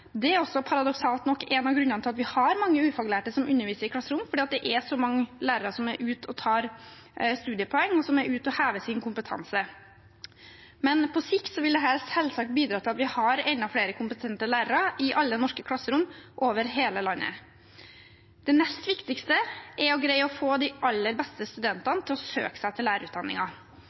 Det er også paradoksalt nok en av grunnene til at vi har mange ufaglærte som underviser i klasserom – det er fordi det er så mange lærere som er ute og tar studiepoeng, som er ute og hever sin kompetanse. Men på sikt vil dette selvsagt bidra til at vi har enda flere kompetente lærere i alle norske klasserom over hele landet. Det nest viktigste er å greie å få de aller beste studentene til å søke seg til